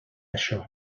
això